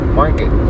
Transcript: market